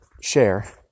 share